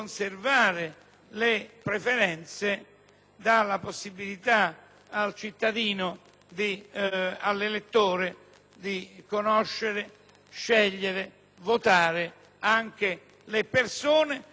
dà la possibilità al cittadino elettore di conoscere, scegliere, votare anche le persone e non solo i partiti politici.